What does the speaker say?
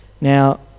Now